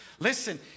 Listen